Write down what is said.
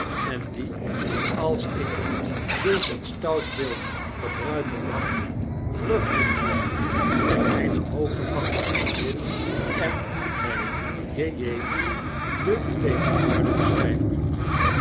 en die als ik zulk een stout beeld gebruiken mag vruchten droeg bij mijne hooggeachte vriendin en bij j j den tegenwoordigen